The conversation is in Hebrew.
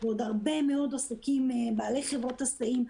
בעלי חברות היסעים,